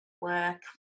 work